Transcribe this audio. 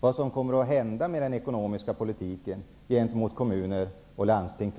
vad som framöver kommer att hända med den ekonomiska politiken gentemot kommuner och landsting.